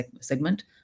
segment